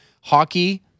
hockey